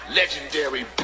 legendary